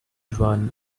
run